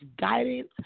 guidance